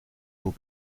will